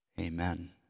Amen